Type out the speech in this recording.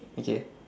okay